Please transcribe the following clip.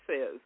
says